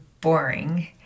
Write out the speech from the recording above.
boring